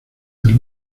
del